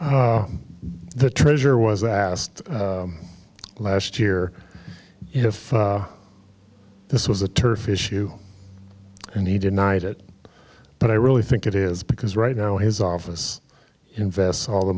go the treasure was asked last year if this was a turf issue and he denied it but i really think it is because right now his office invests all the